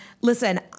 listen